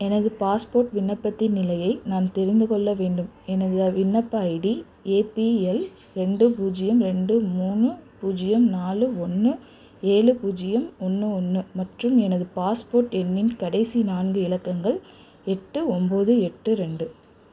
எனது பாஸ்போர்ட் விண்ணப்பத்தின் நிலையை நான் தெரிந்துக்கொள்ள வேண்டும் எனது விண்ணப்ப ஐடி ஏபிஎல் ரெண்டு பூஜ்ஜியம் ரெண்டு மூணு பூஜ்ஜியம் நாலு ஒன்று ஏழு பூஜ்ஜியம் ஒன்று ஒன்று மற்றும் எனது பாஸ்போர்ட் எண்ணின் கடைசி நான்கு இலக்கங்கள் எட்டு ஒம்பது எட்டு ரெண்டு